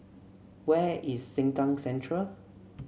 where is Sengkang Central